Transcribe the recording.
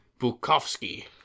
Bukowski